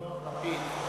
רבותי היקרים,